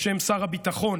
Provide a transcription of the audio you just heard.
בשם שר הביטחון,